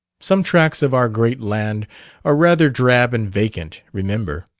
some tracts of our great land are rather drab and vacant, remember.